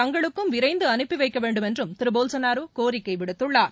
தங்களுக்கும் விரைந்துஅனுப்பிவைக்கவேண்டும் என்றும் திருபொல்சனாரோகோரிக்கைவிடுத்துள்ளார்